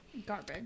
garbage